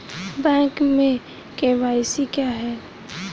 Bank में KYC क्या है?